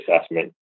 assessment